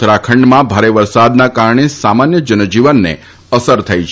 ઉત્તરાખંડમાં ભારે વરસાદના કારણે સામાન્ય જનજીવનને અસર થઇ છે